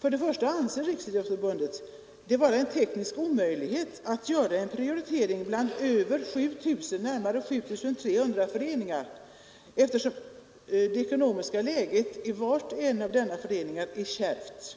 Men — först och främst anser Riksidrottsförbundet det vara en teknisk omöjlighet att göra en prioritering bland de närmare 7 300 föreningarna eftersom det ekonomiska läget för var och en av dessa föreningar är kärvt.